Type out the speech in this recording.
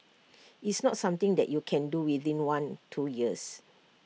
it's not something that you can do within one two years